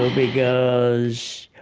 ah because,